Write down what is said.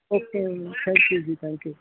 okay thank you ਜੀ thank ਉ